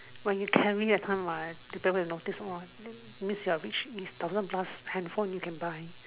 when you carry that time lah people will notice mah means your rich thousand plus handphone you can buy